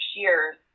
years